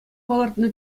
палӑртнӑ